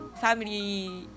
family